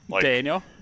Daniel